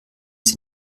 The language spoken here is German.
sie